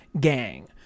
gang